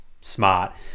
smart